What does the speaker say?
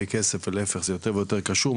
ולהיפך זה יותר ויותר קשור,